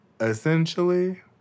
essentially